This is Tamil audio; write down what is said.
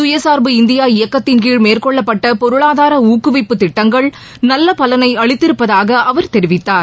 சுயசார்பு இந்தியா இயக்கத்தின்கீழ் மேற்கொள்ளப்பட்ட பொருளாதார ஊக்குவிப்பு திட்டங்கள் நல்ல பலனை அளித்திருப்பதாக அவர் தெரிவித்தார்